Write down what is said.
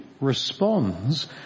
responds